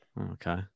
Okay